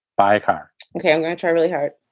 biochar and can try really hard